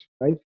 right